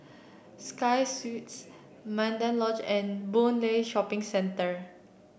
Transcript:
Sky Suites Mandai Lodge and Boon Lay Shopping Centre